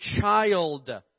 child